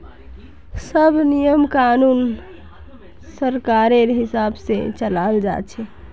सब नियम कानून सरकारेर हिसाब से चलाल जा छे